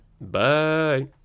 Bye